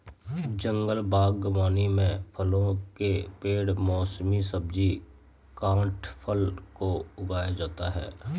जंगल बागवानी में फलों के पेड़ मौसमी सब्जी काष्ठफल को उगाया जाता है